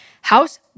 house